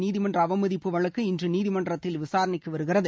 நீதிமன்ற அவமதிப்பு வழக்கு இன்று நீதிமன்றத்தில் விசாரணைக்கு வருகிறது